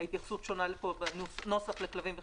ההתייחסות שונה בנוסח לכלבים ולחתולים.